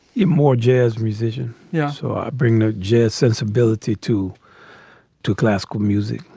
yeah more jazz musicians? yeah. so i bring the jazz sensibility to to classical music.